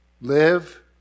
Live